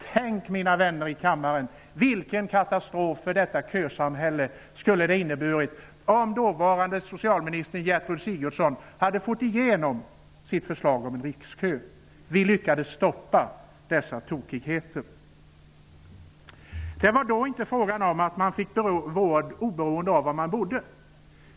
Tänk, mina vänner i kammaren, vilken katastrof det skulle ha varit för detta kösamhälle om dåvarande socialminister Gertrud Sigurdsen hade fått igenom sitt förslag om en rikskö! Vi lyckades stoppa dessa tokigheter. Det var då inte fråga om att man fick vård oberoende av var man bodde.